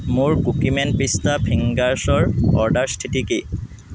মোৰ cookie man পিষ্টা ফিংগাৰছৰ অৰ্ডাৰ স্থিতি কি